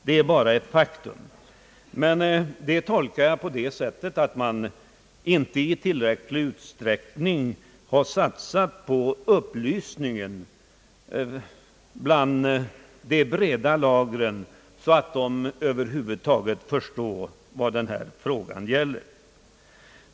Det är bara ett faktum, men det tolkar jag på det sättet att man inte i tillräcklig utsträckning satsar på upplysning bland de breda lagren, så att de över huvud taget förstår vad denna fråga gäller.